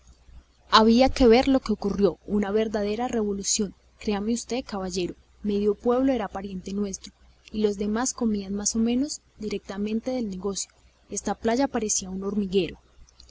había que ver lo que ocurrió una verdadera revolución créame usted caballero medio pueblo era pariente nuestro y los demás comían más o menos directamente del negocio esta playa parecía un hormiguero